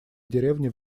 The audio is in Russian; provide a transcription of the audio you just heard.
деревни